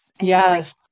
Yes